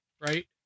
right